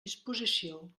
disposició